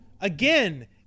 Again